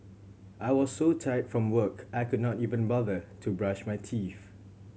I was so tired from work I could not even bother to brush my teeth